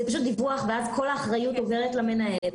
זה פשוט דיווח ואז כל האחריות עוברת למנהל.